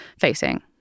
facing